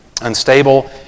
unstable